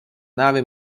nave